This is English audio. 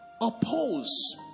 Oppose